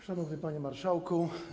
Szanowny Panie Marszałku!